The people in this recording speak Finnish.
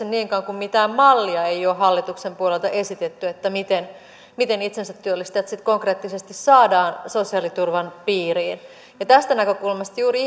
niin kauan kuin mitään mallia ei ole hallituksen puolelta esitetty siitä miten itsensätyöllistäjät sitten konkreettisesti saadaan sosiaaliturvan piiriin ja tästä näkökulmasta juuri